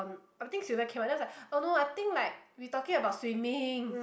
I'm I think Sylvia came out then I was like oh no I think like we talking about swimming